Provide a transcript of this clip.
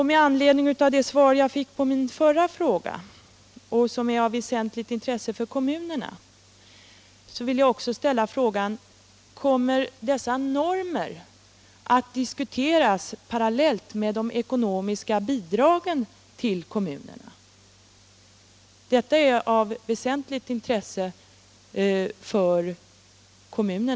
Med anledning av det svar jag fick på min förra fråga vill jag även ställa frågan: Kommer dessa normer att diskuteras parallellt med de eko nomiska bidragen till kommunerna? Detta är av väsentligt intresse för